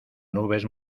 nubes